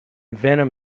venom